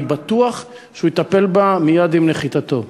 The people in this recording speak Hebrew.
אני בטוח שהוא יטפל בה מייד עם נחיתתו.